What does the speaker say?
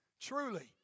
Truly